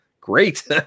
great